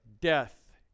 death